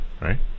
right